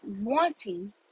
wanting